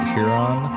Huron